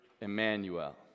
Emmanuel